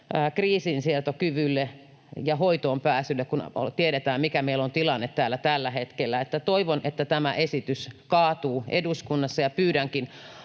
kriisinsietokyvylle ja hoitoonpääsylle, kun tiedetään, mikä meillä on tilanne täällä tällä hetkellä. Toivon, että tämä esitys kaatuu eduskunnassa, ja pyydänkin